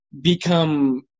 become